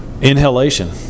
Inhalation